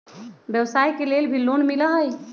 व्यवसाय के लेल भी लोन मिलहई?